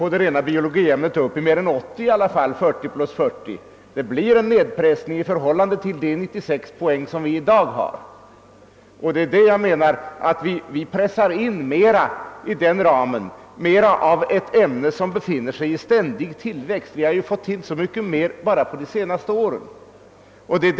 I det rena biologiämnet kommer vi sålunda inte upp till mer än 40 plus 40 poäng, d. v. s. 80 poäng. Där blir det sålunda en nedpressning från de 96 poäng vi har i dag. Jag menar att vi i den ramen pressar in mer av ett ämne som befinner sig i ständig tillväxt. Vi har ju bara under de senaste åren fått in mycket mera stoff där.